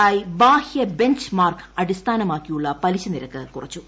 I ബാഹ്യ benchmark അടിസ്ഥാനമാക്കിയുള്ള പലിശ നിരക്ക് കുറച്ചു